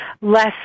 less